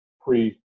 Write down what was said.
pre